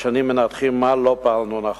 פרשנים מנתחים מה לא פעלנו נכון,